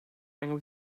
angry